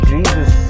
Jesus